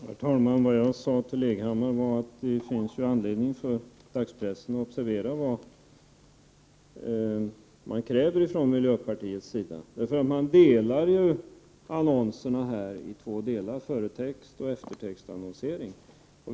Herr talman! Jag sade till Hans Leghammar att det finns anledning för dagspressen att observera vad miljöpartiet kräver. Man delar annonserna i två delar: företextannonsering och eftertextannonsering.